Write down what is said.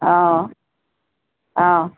অ অ